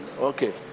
Okay